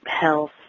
health